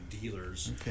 dealers